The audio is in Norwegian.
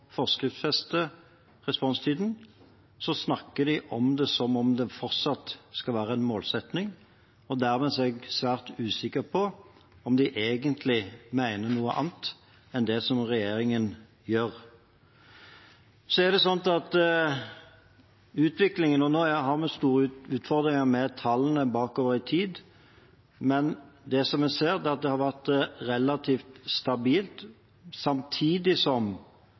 forskriftsfeste responstiden, snakker de om det som om det fortsatt skal være en målsetting, og dermed er jeg svært usikker på om de egentlig mener noe annet enn det regjeringen gjør. Nå har vi store utfordringer med tallene bakover i tid – men det vi ser, er at utviklingen har vært relativt stabil, samtidig som det er kommet flere ambulanser, og det har vært en økning i antall oppdrag. Det som